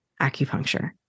acupuncture